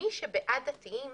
מי שבעד דתיים